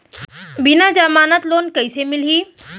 बिना जमानत लोन कइसे मिलही?